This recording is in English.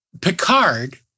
Picard